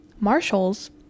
Marshalls